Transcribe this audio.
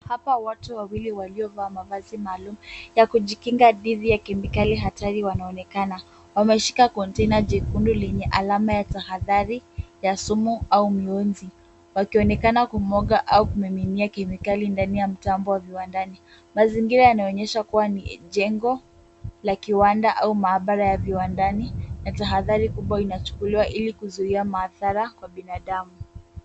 Hapa watu wawili waliovaa mavazi maalum ya kujikinga dhidi ya kemikali hatari wanaonekana. Wanashika kontena jekundu lenye alama ya tahadhari ya sumu au mionzi wakionekana kumwaga au kumiminia kemikali ndani ya mtambo viwandani. Mazingira yanaonyesha kuwa ni jengo la maabara au maabara ya viwandani na tahadhari kubwa inachukuliwa ili kuzuia madhara kwa binadamu.